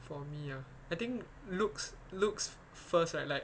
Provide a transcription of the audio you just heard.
for me ah I think looks looks first right like